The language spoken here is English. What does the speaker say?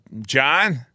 John